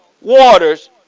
waters